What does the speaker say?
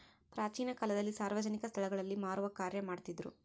ಪ್ರಾಚೀನ ಕಾಲದಲ್ಲಿ ಸಾರ್ವಜನಿಕ ಸ್ಟಳಗಳಲ್ಲಿ ಮಾರುವ ಕಾರ್ಯ ಮಾಡ್ತಿದ್ರು